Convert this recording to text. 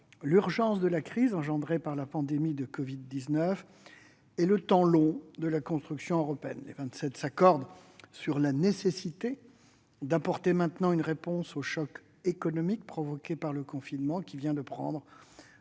l'urgence de la crise entraînée par la pandémie de Covid-19 et le temps long de la construction européenne. Les Vingt-Sept s'accordent sur la nécessité d'apporter maintenant une réponse au choc économique provoqué par le confinement qui vient de prendre